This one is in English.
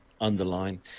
underline